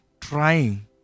trying